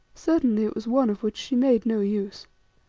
certainly it was one of which she made no use.